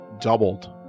doubled